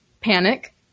panic